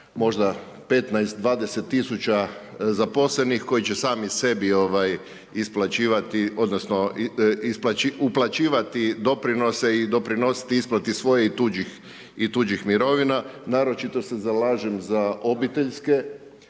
možda 15, 20 000 zaposlenih koji će sami sebi isplaćivati, odnosno uplaćivati doprinose i doprinositi isplate svojih i tuđih mirovina. Naročito se zalažem za obiteljske,